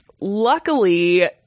Luckily